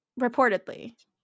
reportedly